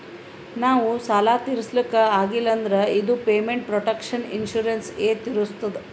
ನಾವ್ ಸಾಲ ತಿರುಸ್ಲಕ್ ಆಗಿಲ್ಲ ಅಂದುರ್ ಇದು ಪೇಮೆಂಟ್ ಪ್ರೊಟೆಕ್ಷನ್ ಇನ್ಸೂರೆನ್ಸ್ ಎ ತಿರುಸ್ತುದ್